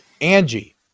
Angie